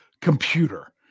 computer